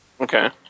Okay